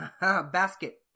Basket